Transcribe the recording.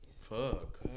Fuck